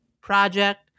project